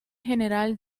general